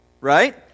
right